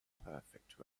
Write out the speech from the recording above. perfect